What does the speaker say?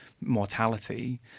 mortality